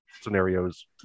scenarios